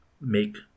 make